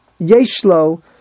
Yeshlo